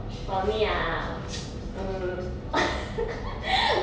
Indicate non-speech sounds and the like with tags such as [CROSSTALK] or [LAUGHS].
for me ah [NOISE] mm [LAUGHS]